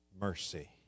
mercy